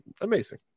amazing